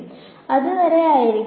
അതിനാൽ അത് വരെ ആയിരിക്കും